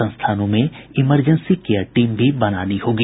संस्थानों में emergency care team भी बनानी होगी